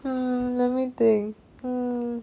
mm let me think